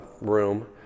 room